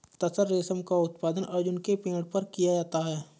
तसर रेशम का उत्पादन अर्जुन के पेड़ पर किया जाता है